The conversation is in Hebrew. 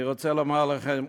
אני רוצה לומר לכם,